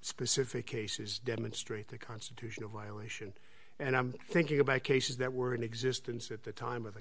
specific cases demonstrate the constitutional violation and i'm thinking about cases that were in existence at the time of the